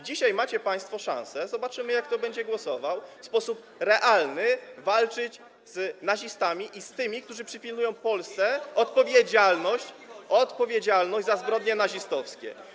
Dzisiaj macie państwo szansę - zobaczymy, jak kto będzie głosował - w sposób realny walczyć z nazistami i z tymi, którzy przypisują Polsce odpowiedzialność za zbrodnie nazistowskie.